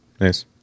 Nice